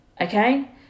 Okay